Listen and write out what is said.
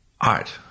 art